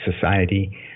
Society